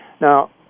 Now